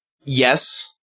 yes